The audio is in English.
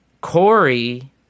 Corey